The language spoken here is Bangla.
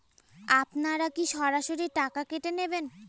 আপনারা কি সরাসরি টাকা কেটে নেবেন?